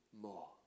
more